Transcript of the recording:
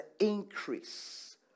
increase